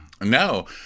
no